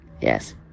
yes